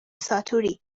ساتوری